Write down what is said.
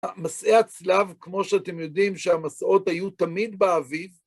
מסעי הצלב, כמו שאתם יודעים שהמסעות היו תמיד באביב,